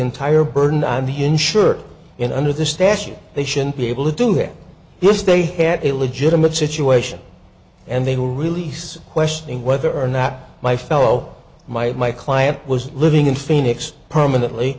entire burden on the insured in under the statute they shouldn't be able to do that because they had a legitimate situation and they will release questioning whether or not my fellow my my client was living in phoenix permanently